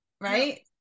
right